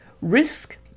Risk